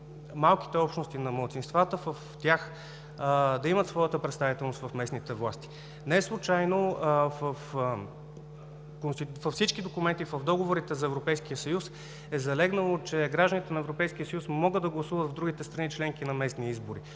малките общности, на малцинствата в тях да имат своята представителност в местните власти. Не е случайно, че във всички документи, в договорите за Европейския съюз е залегнало, че гражданите на Европейския съюз могат да гласуват в другите страни членки на местни избори